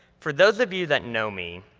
for those of you that know me,